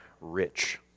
rich